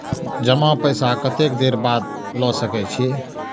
जमा पैसा कतेक देर बाद ला सके छी?